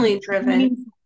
driven